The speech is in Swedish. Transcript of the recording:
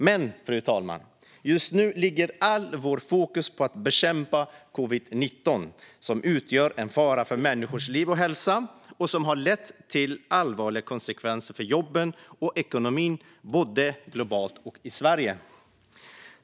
Men, fru talman, just nu ligger allt vårt fokus på att bekämpa covid-19, som utgör en fara för människors liv och hälsa och som har lett till allvarliga konsekvenser för jobben och ekonomin både globalt och i Sverige.